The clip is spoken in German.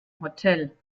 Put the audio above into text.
hotel